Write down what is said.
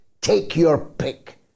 take-your-pick